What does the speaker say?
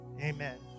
Amen